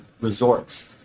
resorts